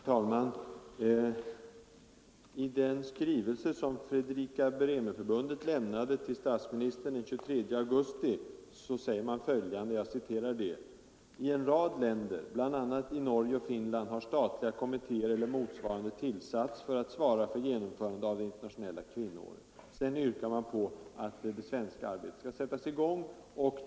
Herr talman! I den skrivelse som Fredrika-Bremer-förbundet lämnade till statsministern den 23 augusti 1973 säger man följande: ”I en rad länder, bl.a. i Norge och Finland, har statliga kommittéer eller motsvarande tillsatts för att svara för genomförandet av det Internationella kvinnoåret.” Sedan yrkar man att det svenska arbetet skall sättas i gång.